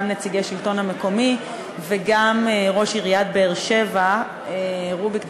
גם נציג השלטון המקומי וגם ראש עיריית באר-שבע רוביק דנילוביץ,